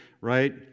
right